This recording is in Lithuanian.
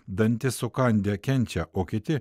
dantis sukandę kenčia o kiti